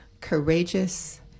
courageous